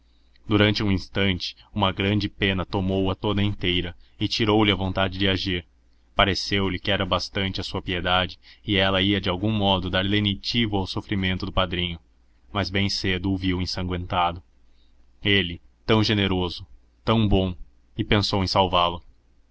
durante um instante uma grande pena tomou-a toda inteira e tirou-lhe a vontade de agir pareceulhe que era bastante a sua piedade e ela ia de algum modo dar lenitivo ao sofrimento do padrinho mas bem cedo o viu ensangüentado ele tão generoso ele tão bom e pensou em salvá-lo